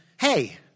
hey